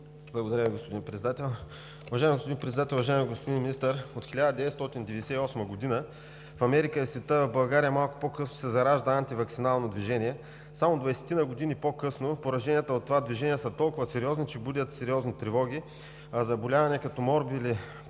Уважаеми господин Председател! Уважаеми господин Министър, от 1998 г. в Америка и в света, а в България малко по-късно, се заражда антиваксинално движение. Само 20-ина години по-късно пораженията от това движение са толкова сериозни, че будят сериозни тревоги, а заболявания, като морбили, паротит,